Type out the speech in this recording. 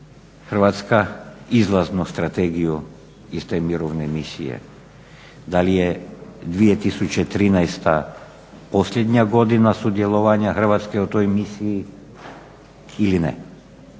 Hrvatska izlaznu strategiju iz te mirovine misije? Da li je 2013. posljednja godina sudjelovanja Hrvatske u toj misiji ili ne?